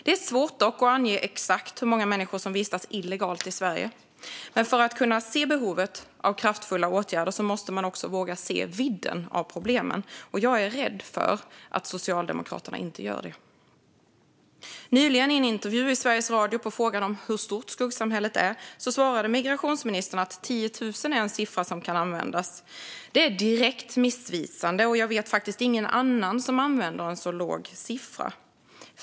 Det är svårt att ange exakt hur många människor som vistas illegalt i Sverige. Men för att kunna se behovet av kraftfulla åtgärder måste man också våga se vidden av problemen. Jag är rädd för att Socialdemokraterna inte gör det. Nyligen, i en intervju i Sveriges Radio, svarade migrationsministern på frågan hur stort skuggsamhället är att 10 000 är en siffra som kan användas. Det är direkt missvisande. Jag vet ingen annan som använder en så låg siffra.